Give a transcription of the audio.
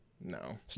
No